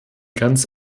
ganz